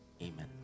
amen